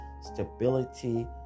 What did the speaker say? stability